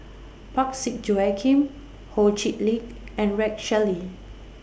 Parsick Joaquim Ho Chee Lick and Rex Shelley